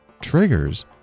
triggers